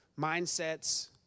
mindsets